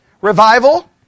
Revival